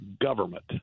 government